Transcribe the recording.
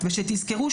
ושתזכרו,